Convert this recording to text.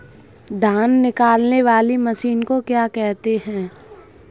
धान निकालने वाली मशीन को क्या कहते हैं?